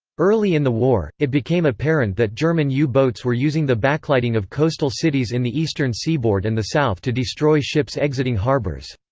early in the war, it became apparent that german u-boats were using the backlighting of coastal cities in the eastern seaboard and the south to destroy ships exiting harbors.